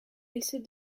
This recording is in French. lycée